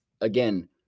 again